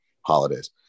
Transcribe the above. holidays